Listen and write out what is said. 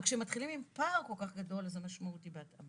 אבל כשמתחילים עם פער כל כך גדול זה משמעותי בהתחלה.